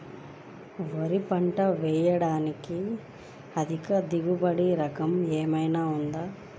వరి పంట వేయటానికి అధిక దిగుబడి రకం ఏమయినా ఉందా?